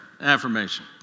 affirmation